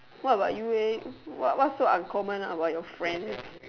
what about you eh what what's so uncommon about your friends